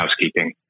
housekeeping